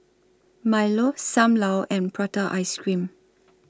Milo SAM Lau and Prata Ice Cream